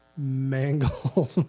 mangle